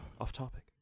off-topic